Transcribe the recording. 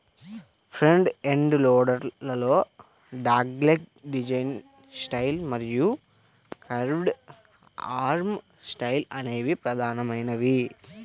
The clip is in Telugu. ఫ్రంట్ ఎండ్ లోడర్ లలో డాగ్లెగ్ డిజైన్ స్టైల్ మరియు కర్వ్డ్ ఆర్మ్ స్టైల్ అనేవి ప్రధానమైనవి